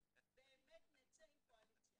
נצא עם קואליציה